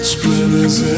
Splinters